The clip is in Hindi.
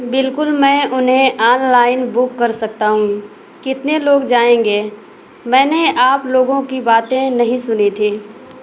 बिल्कुल मैं उन्हें ऑनलाइन बुक कर सकता हूँ कितने लोग जाएंगे मैंने आप लोगों की बातें नहीं सुनी थी